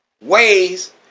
ways